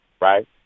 right